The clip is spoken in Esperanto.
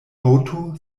haŭto